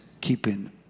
keeping